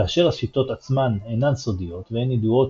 כאשר השיטות עצמן אינן סודיות והן ידועות